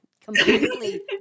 completely